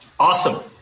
Awesome